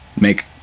make